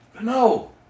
No